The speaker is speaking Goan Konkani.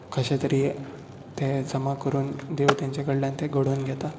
कशे तरी ते जमा करून देव तेंच्या कडल्यान ते घडोवन घेता